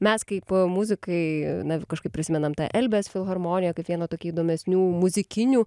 mes kaip muzikai na kažkaip prisimenam tą elbės filharmoniją kaip vieną tokį įdomesnių muzikinių